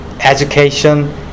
education